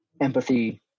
empathy